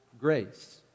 Grace